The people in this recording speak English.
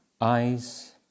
eyes